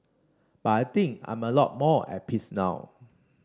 but I think I'm a lot more at peace now